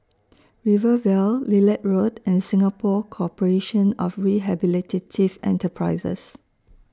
Rivervale Lilac Road and Singapore Corporation of Rehabilitative Enterprises